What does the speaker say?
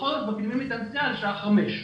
בחורף מקדימים את הנסיעה לשעה חמש.